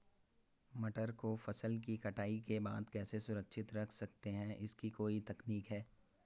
मटर को फसल कटाई के बाद कैसे सुरक्षित रख सकते हैं इसकी कोई तकनीक है?